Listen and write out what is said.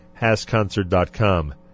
hasconcert.com